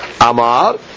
Amar